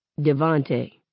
Devante